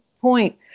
point